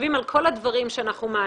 יושבים על כל הדברים שאנחנו מעלים,